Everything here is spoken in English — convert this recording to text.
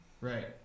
Right